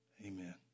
Amen